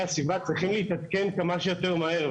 הסביבה צריכים להתעדכן כמה שיותר מהר.